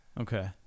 Okay